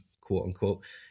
quote-unquote